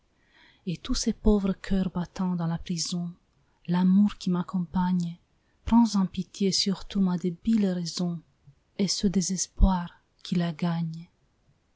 et tous ces pauvres cœurs battant dans la prison l'amour qui m'accompagne prends en pitié surtout ma débile raison et ce désespoir qui la gagne